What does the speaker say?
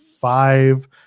five